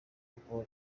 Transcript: protocol